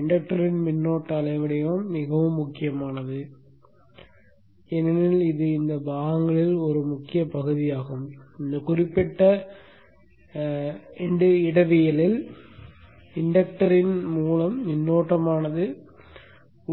இண்டக்டரின் மின்னோட்ட அலைவடிவம் மிகவும் முக்கியமானது ஏனெனில் இது இந்த பாகங்களில் ஒரு முக்கிய பகுதியாகும் இந்த குறிப்பிட்ட இடவியலில் மின் இண்டக்டரின் மூலம் மின்னோட்டமானது